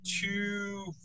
two